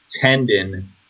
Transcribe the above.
tendon